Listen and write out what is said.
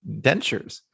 dentures